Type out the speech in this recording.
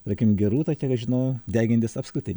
tarkim gerūta kiek aš žinau degintis apskritai